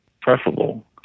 preferable